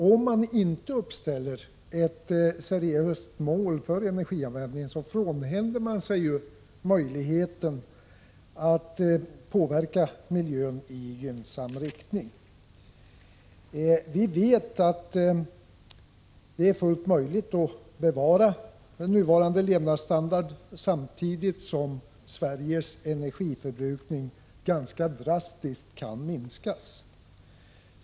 Om man inte uppställer ett seriöst mål för energianvändningen, frånhänder man sig möjligheten att påverka miljön i en gynnsam riktning. Vi vet att det är fullt möjligt att bevara den nuvarande levnadsstandarden samtidigt som Sveriges energiförbrukning ganska drastiskt kan minskas.